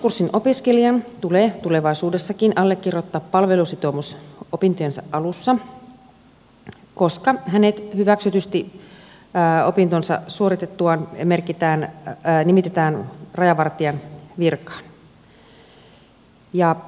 peruskurssin opiskelijan tulee tulevaisuudessakin allekirjoittaa palvelusitoumus opintojensa alussa koska hänet hyväksytysti opintonsa suoritettuaan nimitetään rajavartijan virkaan